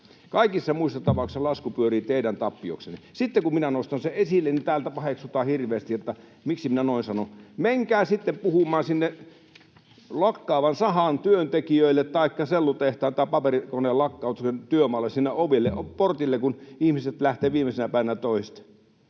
Kaikissa muissa tapauksissa lasku pyörii teidän tappioksenne. Sitten kun minä nostan sen esille, täältä paheksutaan hirveästi, että miksi minä noin sanon. Menkää sitten puhumaan sinne lakkaavan sahan työntekijöille taikka sellutehtaan tai paperikoneen lakkautetulle työmaalle, sinne portille, kun ihmiset lähtevät viimeisenä päivänä töistä,